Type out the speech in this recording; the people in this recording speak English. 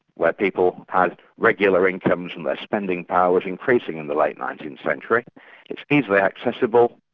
where people had regular incomes and their spending power was increasing in the late nineteenth century it's easily accessible,